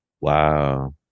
Wow